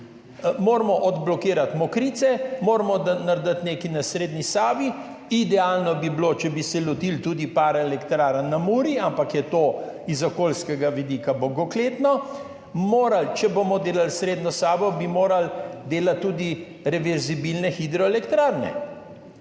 Moramo odblokirati Mokrice, moramo narediti nekaj na srednji Savi, idealno bi bilo, če bi se lotili tudi par elektrarn na Muri, ampak je to z okoljskega vidika bogokletno. Če bomo delali srednjo Savo, bi morali delati tudi reverzibilne hidroelektrarne.